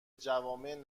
جوامع